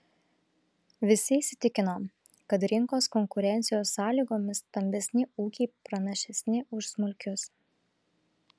visi įsitikino kad rinkos konkurencijos sąlygomis stambesni ūkiai pranašesni už smulkius